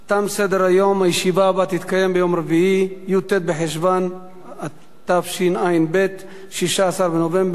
היא של חבר הכנסת איתן כבל, גם לא